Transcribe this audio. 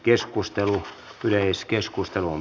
yleiskeskustelua ei syntynyt